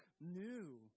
new